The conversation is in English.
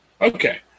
Okay